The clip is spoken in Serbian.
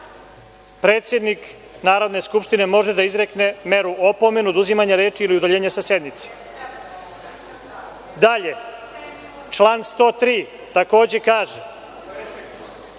predsednik Narodne skupštine može da izrekne meru opomene, oduzimanje reči ili udaljenje sa sednice.“Dalje, član 103. kaže: